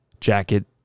jacket